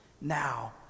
now